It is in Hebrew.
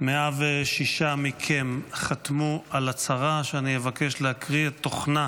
106 מכם חתמו על הצהרה, ואני מבקש לקרוא את תוכנה,